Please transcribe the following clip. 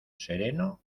sereno